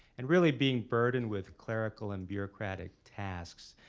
and really being burdened with clerical and bureaucratic tasks.